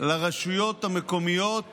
לרשויות המקומיות